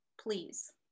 please